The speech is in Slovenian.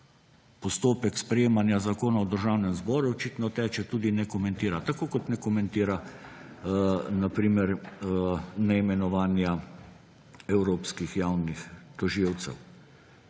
postopek sprejemanja zakona v Državnem zboru, tudi ne komentira, tako kot ne komentira na primer neimenovanja evropskih javnih tožilcev.